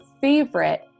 favorite